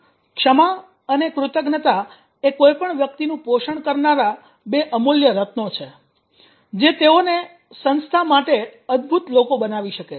ક્ષમા અને કૃતજ્ઞતા એ કોઈપણ વ્યક્તિનું પોષણ કરનારા બે અમૂલ્ય રત્નો છે જે તેઓને સંસ્થા માટે અદ્દભુત લોકો બનાવી શકે છે